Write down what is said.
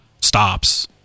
stops